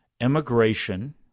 immigration